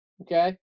okay